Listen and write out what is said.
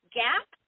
gap